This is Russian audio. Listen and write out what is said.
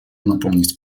напомнить